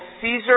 Caesar